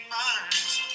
minds